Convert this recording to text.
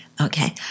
Okay